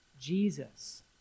Jesus